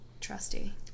Trusty